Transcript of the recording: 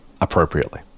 appropriately